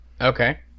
Okay